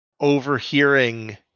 overhearing